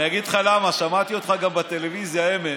אני אגיד לך למה: שמעתי אותך גם בטלוויזיה אמש,